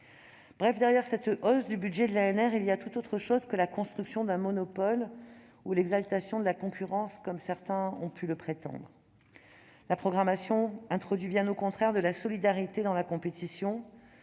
Bref, derrière cette hausse du budget de l'ANR, il y a tout autre chose que la construction d'un monopole ou l'exaltation de la concurrence, comme certains ont pu le prétendre. La programmation introduit, bien au contraire, de la solidarité dans la compétition,